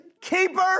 keeper